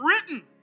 written